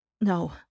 No